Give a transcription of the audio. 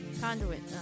conduit